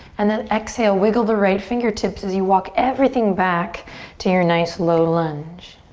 and then exhale, wiggle the right fingertips as you walk everything back to your nice low lunge.